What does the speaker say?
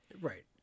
Right